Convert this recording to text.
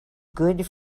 good